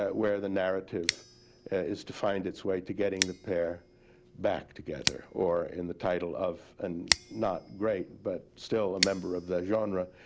ah where the narrative is to find it's way to getting the pair back together or in the title of, not great, but still a member of the genre,